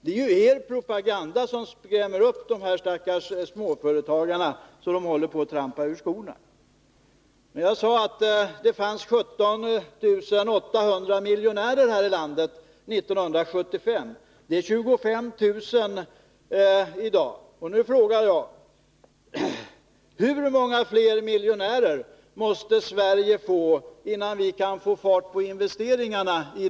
Det är er propaganda som skrämmer upp de stackars småföretagarna så att de håller på att trampa ur skorna. Jag sade att det fanns 17 800 miljonärer i landet 1975. I dag är de 25 000. Hur många fler miljonärer måste Sverige få, innan vi kan få fart på investeringarna?